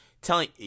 Telling